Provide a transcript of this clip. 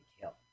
Kill